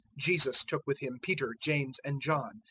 jesus took with him peter, james, and john,